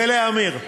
ולעמיר.